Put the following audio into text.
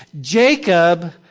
Jacob